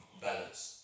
balance